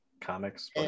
comics